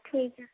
ٹھیک ہے